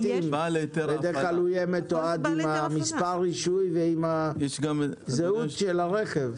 בדרך כלל הוא יהיה מתועד עם מספר רישוי ועם הזהות של הרכב.